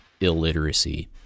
illiteracy